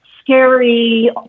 scary